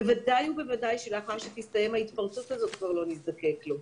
בוודאי ובוודאי שלאחר שתסתיים ההתפרצות הזאת כבר לא נזדקק לו.